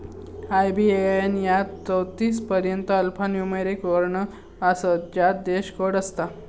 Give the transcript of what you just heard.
IBAN यात चौतीस पर्यंत अल्फान्यूमोरिक वर्ण असतत ज्यात देश कोड असता